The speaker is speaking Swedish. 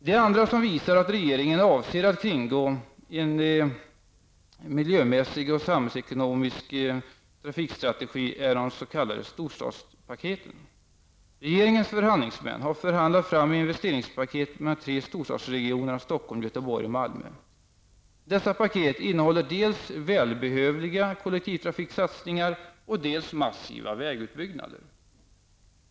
Den andra nyhet som visar att regeringen avser att kringgå en miljömässig och samhällsekonomisk grundsyn är de s.k. storstadspaketen. Regeringens förhandlingsmän har förhandlat fram investeringspaket med de tre storstadsregionerna Stockholm, Göteborg och Malmö. Dessa paket innehåller dels välbehövliga kollektivtrafiksatsningar, dels massiva vägutbyggnader.